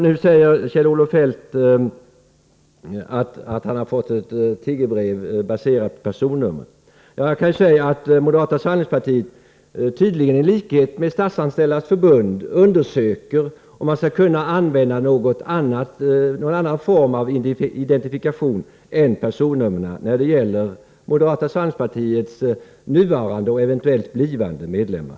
Nu säger Kjell-Olof Feldt att han har fått ett tiggarbrev, baserat på personnummer. Till det kan jag säga att moderata samlingspartiet, tydligen i likhet med Statsanställdas förbund, undersöker möjligheten att använda någon annan form av identifikation än personnumren — i moderata samlingspartiets fall när det gäller nuvarande och eventuellt blivande medlemmar.